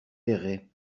péray